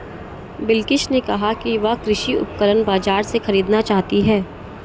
बिलकिश ने कहा कि वह कृषि उपकरण बाजार से खरीदना चाहती है